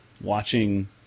watching